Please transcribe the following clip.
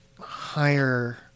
higher